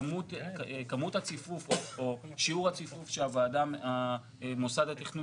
כמות הציפוף או שיעור הצפיפות שמוסד התכנון